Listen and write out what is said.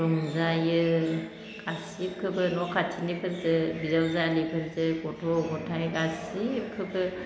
रंजायो गासैखोबो न' खाथिनिफोरजो बिजावजालिफोरजो गथ' गथाय गासैखोबो